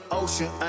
ocean